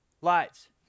Lights